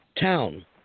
town